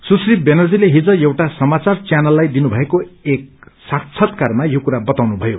सुश्री व्यनर्जीले हिज एउटा समाचार च्यानललाई दिनुभएको एक साक्षात्कारमा यो कुरा बताउनु भयो